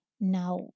now